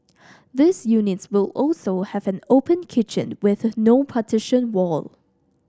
these units will also have an open kitchen with no partition wall